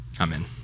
Amen